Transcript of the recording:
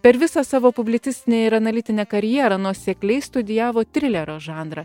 per visą savo publicistinę ir analitinę karjerą nuosekliai studijavo trilerio žanrą